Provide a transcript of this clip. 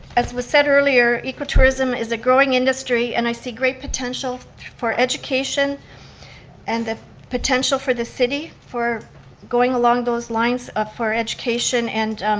as was said earlier, ecotourism is a growing industry, and i see great potential for education and the potential for the city for going along those lines ah for education and